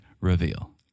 reveal